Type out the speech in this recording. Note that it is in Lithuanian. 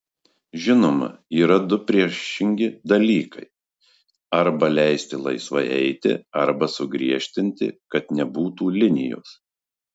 žinoma yra du priešingi dalykai arba leisti laisvai eiti arba sugriežtinti kad nebūtų linijos